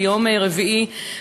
ביום רביעי,